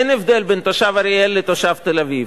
אין הבדל בין תושב אריאל לתושב תל-אביב.